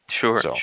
Sure